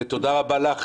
ותודה רבה לך,